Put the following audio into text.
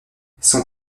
son